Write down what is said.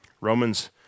Romans